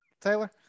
Taylor